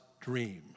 dream